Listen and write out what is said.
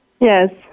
Yes